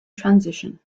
transition